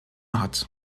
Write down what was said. hat